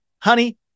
Honey